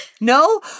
no